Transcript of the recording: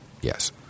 yes